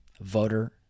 voter